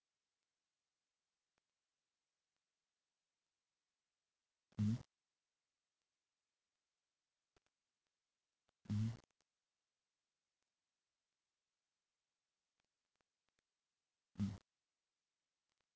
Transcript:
mmhmm mmhmm mm